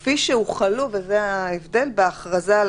אם הוחלו בהכרזה.